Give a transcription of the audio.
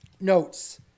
notes